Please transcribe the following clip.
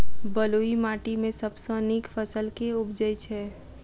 बलुई माटि मे सबसँ नीक फसल केँ उबजई छै?